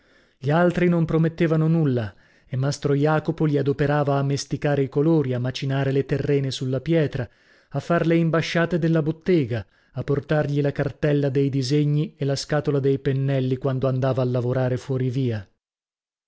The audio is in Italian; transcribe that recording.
gli altri non promettevano nulla e mastro jacopo li adoperava a mesticare i colori a macinare le terrene sulla pietra a far le imbasciate della bottega a portargli la cartella dei disegni e la scatola dei pennelli quando andava a lavorare fuori via